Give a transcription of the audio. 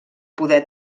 poder